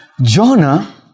Jonah